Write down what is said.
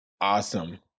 awesome